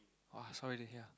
oh saw already ya